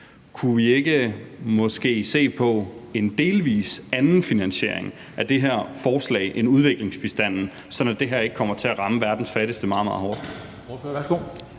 Kunne vi måske ikke se på en delvis anden finansiering af det her forslag end udviklingsbistanden, sådan at det her ikke kommer til at ramme verdens fattigste meget, meget hårdt?